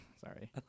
Sorry